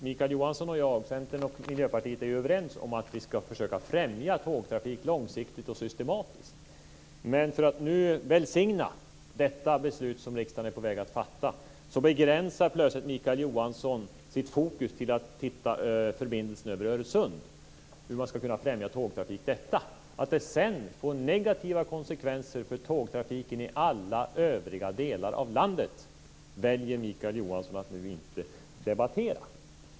Mikael Johansson och jag, Centern och Miljöpartiet, är överens om att vi ska försöka främja tågtrafik långsiktigt och systematiskt. Men för att nu välsigna detta beslut som riksdagen är på väg att fatta begränsar plötsligt Mikael Johansson sitt fokus till förbindelsen över Öresund och frågan om hur man ska kunna främja tågtrafik. Att det sedan får negativa konsekvenser för tågtrafiken i alla övriga delar av landet väljer Mikael Johansson att nu inte debattera.